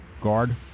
guard